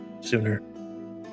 sooner